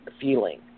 Feeling